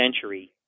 century